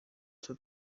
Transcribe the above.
icyo